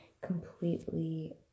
completely